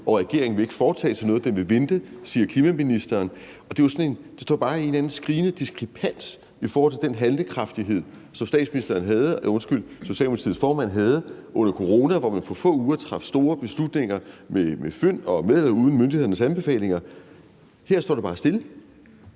og regeringen vil ikke foretage sig noget; den vil vente, siger klimaministeren. Og det står bare i skærende kontrast til den handlekraft, som Socialdemokratiets formand havde under corona, hvor man på få uger traf store beslutninger med fynd og klem og med eller uden myndighedernes anbefalinger. Her står det bare bare stille.